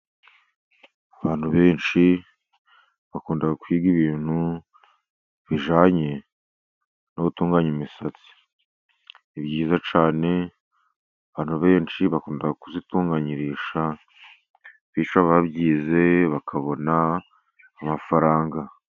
Abantu benshi bakunda kwiga ibintu bijyanye no gutunganya imisatsi. Ni byiza cyane abantu benshi bakunda kuyitunganyirisha, bityo ababyize bakabona amafaranga.